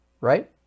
right